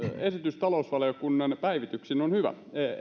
esitys talousvaliokunnan päivityksin on hyvä